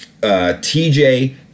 TJ